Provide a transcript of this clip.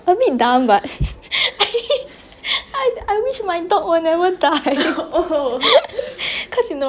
a bit dumb but I wish my dog will never die cause you know